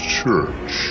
church